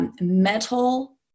metal